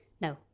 No